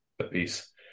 apiece